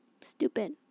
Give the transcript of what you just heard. stupid